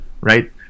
right